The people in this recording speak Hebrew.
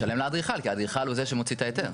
משלם לאדריכל, כי האדריכל הוא זה שמוציא את ההיתר.